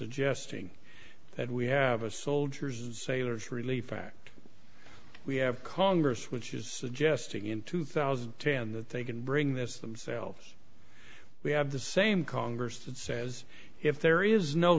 suggesting that we have a soldiers sailors relief act we have congress which is jesting in two thousand and ten that they can bring this themselves we have the same congress that says if there is no